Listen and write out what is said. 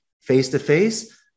Face-to-face